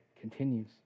continues